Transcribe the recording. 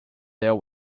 there